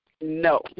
No